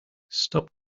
stop